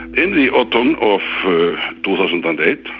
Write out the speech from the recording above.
in the autumn of two thousand and eight,